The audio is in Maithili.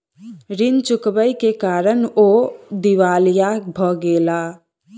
ऋण चुकबै के कारण ओ दिवालिया भ गेला